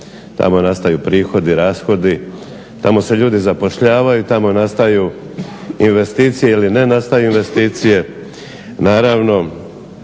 Tamo nastaju prihodi, rashodi, tamo se ljudi zapošljavaju tamo nastaju investicije ili ne nastaju investicije.